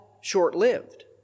short-lived